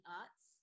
arts